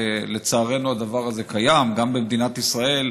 ולצערנו הדבר הזה קיים גם במדינת ישראל.